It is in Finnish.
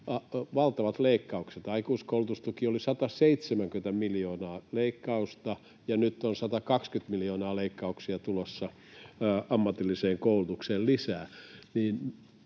valtavat leikkaukset. Aikuiskoulutustukeen tuli leikkausta 170 miljoonaa, ja nyt on 120 miljoonaa leikkauksia tulossa ammatilliseen koulutukseen lisää.